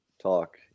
talk